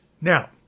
Now